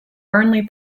burnley